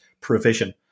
provision